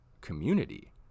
community